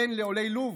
בן לעולי לוב,